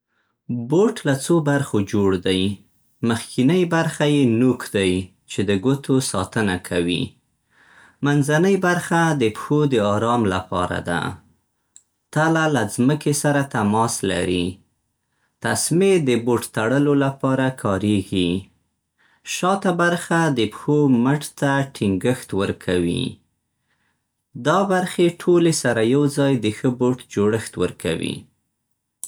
بوټ له څو برخو جوړ دی. مخکينۍ برخه یې نوک دی چې د ګوتو ساتنه کوي. منځنۍ برخه د پښو د آرام لپاره ده. تله له ځمکې سره تماس لري. تسمې د بوټ تړلو لپاره کارېږي. شا ته برخه د پښو مټ ته ټینګښت ورکوي. دا برخې ټولې سره يوځای د ښه بوټ جوړښت ورکوي.